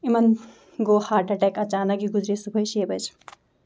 یِمَن گوٚو heart attack اچانک یہِ گُزرے صُبحٲے شیٚیہِ بَجہٕ